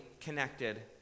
connected